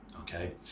okay